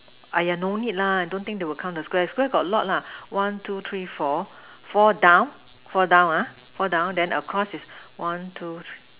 !aiya! no need lah I don't think they will count the Square Square got a lot lah one two three four four down four down what four down then across is one two three